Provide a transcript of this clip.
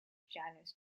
janis